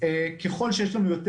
ככל שיש לנו יותר